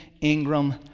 Ingram